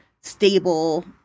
stable